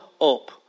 up